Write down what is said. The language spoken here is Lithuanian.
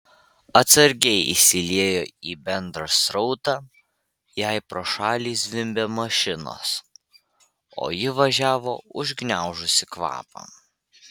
atsargiai įsiliejo į bendrą srautą jai pro šalį zvimbė mašinos o ji važiavo užgniaužusi kvapą